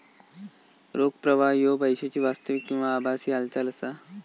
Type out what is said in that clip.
रोख प्रवाह ह्यो पैशाची वास्तविक किंवा आभासी हालचाल असा